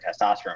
testosterone